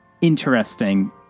interesting